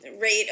Rate